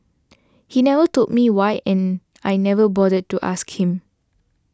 he never told me why and I never bothered to ask him